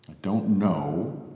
don't know.